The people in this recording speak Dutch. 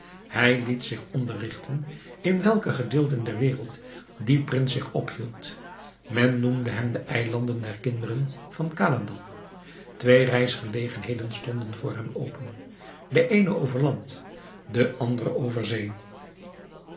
hij liet zich onderrigten in welk gedeelte der wereld die prins zich ophield men noemde hem de eilanden der kinderen van khaladan twee reisgelegenheden stonden voor hem open de eene over land de andere over zee